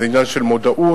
זה עניין של מודעות,